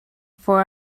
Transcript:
for